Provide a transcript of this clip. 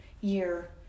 year